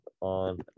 on